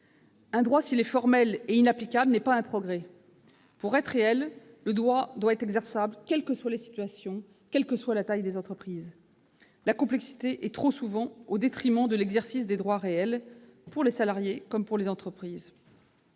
Un droit s'il est formel et inapplicable n'est pas un progrès. Pour être réel, le droit doit être exerçable, quelle que soit la situation ou la taille des entreprises. La complexité est trop souvent un obstacle à l'exercice de droits réels, pour les salariés comme pour les entreprises.